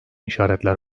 işaretler